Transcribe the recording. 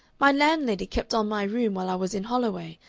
my landlady kept on my room while i was in holloway,